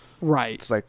Right